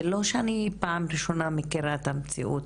לא שאני פעם ראשונה מכירה את המציאות,